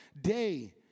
day